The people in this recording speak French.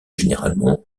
généralement